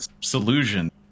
solution